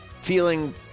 feeling